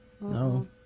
no